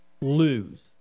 lose